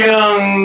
Young